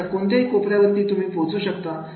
जगाच्या कोणत्याही कोपऱ्यात वरती तुम्ही पोहोचू शकता